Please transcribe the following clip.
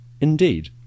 Indeed